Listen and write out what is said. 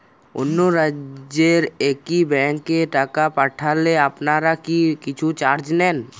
অন্য রাজ্যের একি ব্যাংক এ টাকা পাঠালে আপনারা কী কিছু চার্জ নেন?